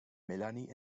melanie